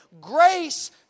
Grace